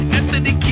Anthony